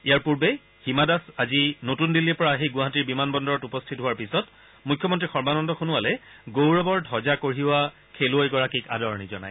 ইয়াৰ পূৰ্বে হিমা দাস আজি নতুন দিল্লীৰ পৰা আহি গুৱাহাটীৰ বিমান বন্দৰত উপস্থিত হোৱাৰ পিছত মুখ্যমন্ত্ৰী সৰ্বানন্দ সোণোৱালে গৌৰৱৰ ধবজা কঢ়িওৱা খেলুৱৈগৰাকীক আদৰণি জনায়